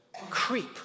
creep